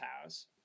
house